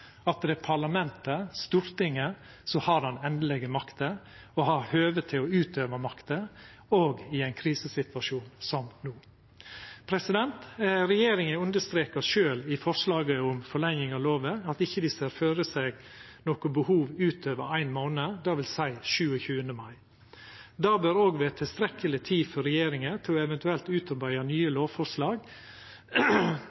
at det er parlamentet, Stortinget, som har den endelege makta, og har høve til å utøva makta òg i ein krisesituasjon som no. Regjeringa understrekar sjølve i forslaget om forlenging av lova at dei ikkje ser føre seg noko behov utover ein månad, det vil seia 27. mai. Det bør òg vera tilstrekkeleg tid for regjeringa til eventuelt å utarbeida nye